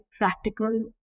practical